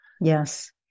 Yes